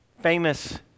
famous